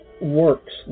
works